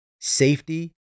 safety